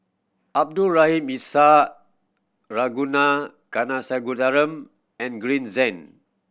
Abdul Rahim Ishak Ragunathar Kanagasuntheram and Green Zeng